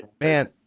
Man